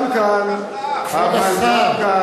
למה הצטרפת לממשלה